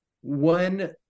One